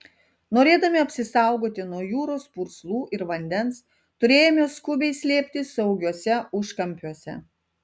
norėdami apsisaugoti nuo jūros purslų ir vandens turėjome skubiai slėptis saugiuose užkampiuose